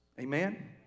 Amen